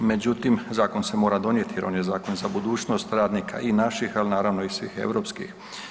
Međutim, zakon se mora donijeti jer on je zakon za budućnost radnika i naših, ali naravno i svih europskih.